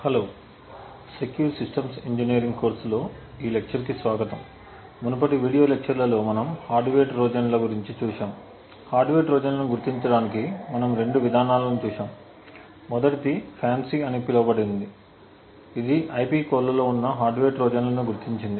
hello secure systems engineering కోర్సులో ఈ లెక్చర్కి స్వాగతం మునుపటి వీడియో లెక్చర్ లలో మనము హార్డ్వేర్ ట్రోజన్ ల గురించి చూశాము హార్డ్వేర్ ట్రోజన్లను గుర్తించడానికి మనము రెండు విధానాలను చూశాము మొదటిది FANCI అని పిలువబడింది ఇది IP కోర్లలో ఉన్న హార్డ్వేర్ ట్రోజన్లను గుర్తించింది